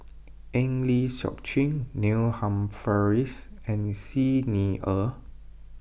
Eng Lee Seok Chee Neil Humphreys and Xi Ni Er